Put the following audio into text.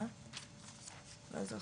תודה